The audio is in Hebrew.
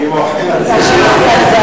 אני מוחה על זה שהוא אחרון.